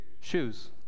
shoes